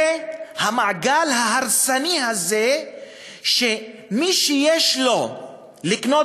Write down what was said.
מהמעגל ההרסני הזה יוצא שמי שיש לו לקנות